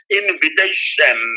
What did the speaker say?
invitation